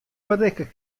berikke